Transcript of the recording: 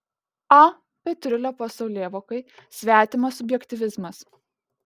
a petrulio pasaulėvokai svetimas subjektyvizmas